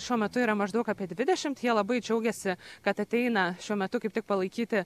šiuo metu yra maždaug apie dvidešimt jie labai džiaugiasi kad ateina šiuo metu kaip tik palaikyti